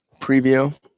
preview